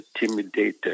intimidated